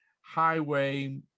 highway